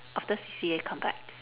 after C_C_A come back